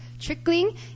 trickling